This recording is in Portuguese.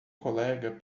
colega